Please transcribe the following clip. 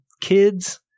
kids